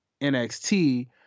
NXT